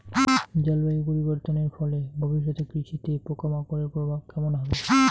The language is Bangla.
জলবায়ু পরিবর্তনের ফলে ভবিষ্যতে কৃষিতে পোকামাকড়ের প্রভাব কেমন হবে?